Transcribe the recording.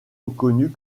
reconnu